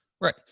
Right